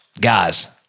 guys